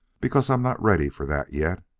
because i'm not ready for that yet.